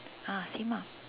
ah same ah